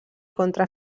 contra